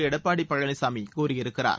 Edappadi பழனிச்சாமிகூறியிருக்கிறார்